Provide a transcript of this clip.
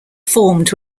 formed